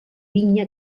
vinya